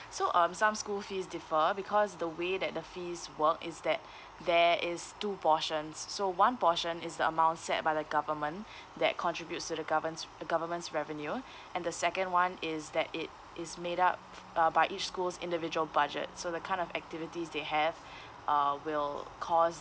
so um some school fees differ because the way that the fees work is that there is two portions so one portion is the amount set by the government that contributes to the governs the government's revenue and the second one is that it is made up uh by each school's individual budget so the kind of activities they have uh will cause